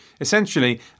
essentially